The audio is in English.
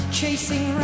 chasing